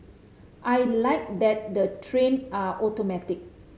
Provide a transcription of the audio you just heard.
I like that the train are automatic